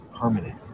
permanent